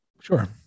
Sure